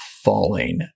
falling